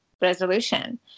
resolution